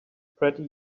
pretty